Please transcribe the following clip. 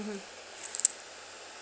mmhmm